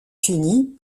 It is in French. finis